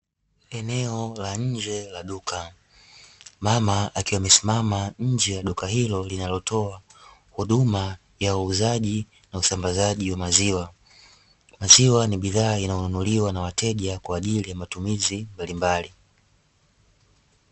Eneo la nje la duka, mama akiwa amesimama nje ya duka hilo linalotoa huduma ya uuzaji na usambazaji wa maziwa. Maziwa ni bidhaa inayonunuliwa na wateja kwa ajili ya matumizi mbalimbali.